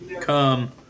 come